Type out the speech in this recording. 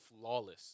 flawless